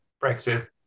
Brexit